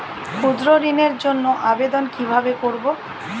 ক্ষুদ্র ঋণের জন্য আবেদন কিভাবে করব?